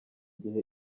gihe